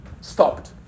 stopped